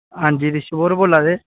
हां जी रिशव होर बोला दे